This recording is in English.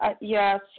yes